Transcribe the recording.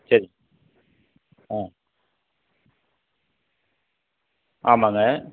சரி ம் ஆமாங்க